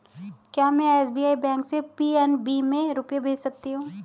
क्या में SBI bank से पी.एन.बी में रुपये भेज सकती हूँ?